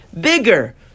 bigger